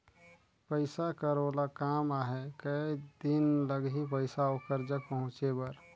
पइसा कर ओला काम आहे कये दिन लगही पइसा ओकर जग पहुंचे बर?